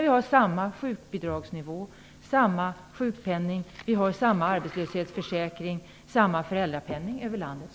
Vi har ju samma nivåer för sjukbidrag, sjukpenning, arbetslöshetsförsäkring och föräldrapenning över landet.